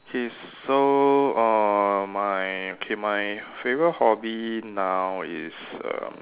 okay so err my okay my favorite hobby now is err